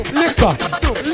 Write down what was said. liquor